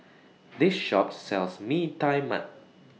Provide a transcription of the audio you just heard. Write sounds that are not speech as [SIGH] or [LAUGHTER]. [NOISE] This Shop sells Mee Tai Mak